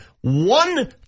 One